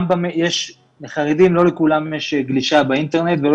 לא לכל החרדים יש גלישה באינטרנט ולא